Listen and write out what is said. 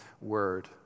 word